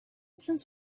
since